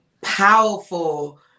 powerful